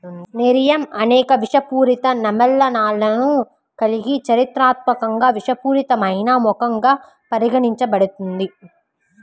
nerium అనేక విషపూరిత సమ్మేళనాలను కలిగి చారిత్రాత్మకంగా విషపూరితమైన మొక్కగా పరిగణించబడుతుంది